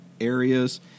areas